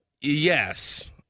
Yes